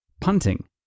Punting